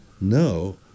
No